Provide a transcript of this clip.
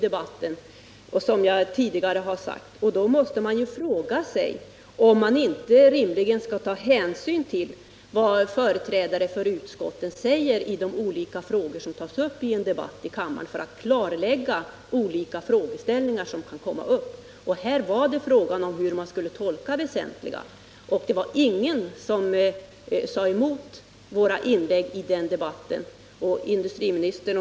Man frågar sig om inte hänsyn rimligen måste tas till vad företrädare för utskotten i en kammardebatt säger för att klarlägga olika frågeställningar som kan komma upp -— och i det här fallet gällde debatten hur uttrycket ”väsentliga nedskärningar” skulle tolkas. Det var ingen som bemötte våra inlägg i kammaren vid det aktuella tillfället.